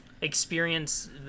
experience